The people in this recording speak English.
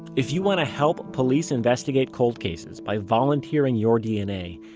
if you want to help police investigate cold cases by volunteering your dna,